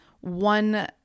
one